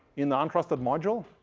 in the untrusted module?